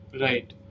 Right